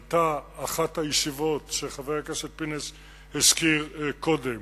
עלתה אחת הישיבות שחבר הכנסת פינס הזכיר קודם,